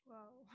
Wow